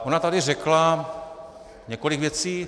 Ona tady řekla několik věcí.